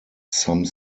some